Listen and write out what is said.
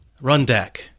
Rundeck